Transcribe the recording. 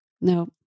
No